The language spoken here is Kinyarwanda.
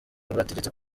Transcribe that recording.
rwategetse